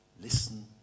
listen